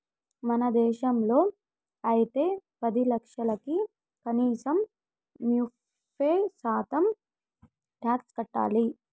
మన దేశంలో అయితే పది లక్షలకి కనీసం ముప్పై శాతం టాక్స్ కట్టాలి